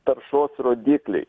taršos rodikliai